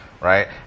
right